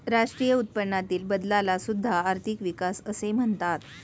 राष्ट्रीय उत्पन्नातील बदलाला सुद्धा आर्थिक विकास असे म्हणतात